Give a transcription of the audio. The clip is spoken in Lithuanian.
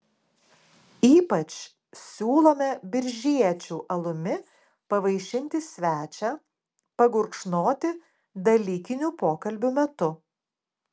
ypač siūlome biržiečių alumi pavaišinti svečią pagurkšnoti dalykinių pokalbių metu